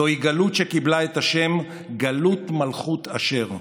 זוהי גלות שקיבלה את השם "גלות מלכות אשור".